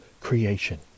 creation